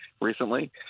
recently